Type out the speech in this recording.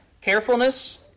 Carefulness